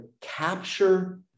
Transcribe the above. capture